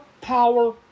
power